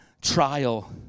trial